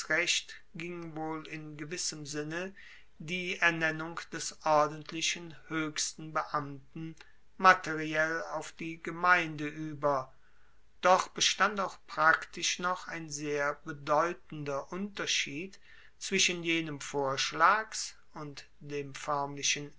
ging wohl in gewissem sinne die ernennung der ordentlichen hoechsten beamten materiell auf die gemeinde ueber doch bestand auch praktisch noch ein sehr bedeutender unterschied zwischen jenem vorschlags und dem foermlichen